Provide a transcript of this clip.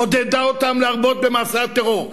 עודדה אותם להרבות במעשי הטרור.